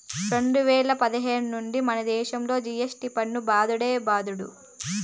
రెండు వేల పదిహేను నుండే మనదేశంలో జి.ఎస్.టి పన్ను బాదుడే బాదుడు